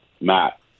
Matt